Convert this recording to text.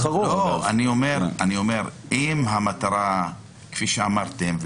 אם המטרה כפי שאמרתם,